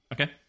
Okay